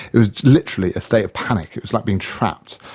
it was literally a state of panic. it was like being trapped.